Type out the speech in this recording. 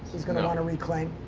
he's gonna want to reclaim.